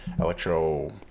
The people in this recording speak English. Electro